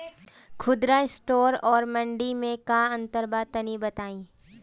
खुदरा स्टोर और मंडी में का अंतर बा तनी बताई?